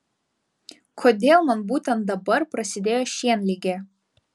kodėl man būtent dabar prasidėjo šienligė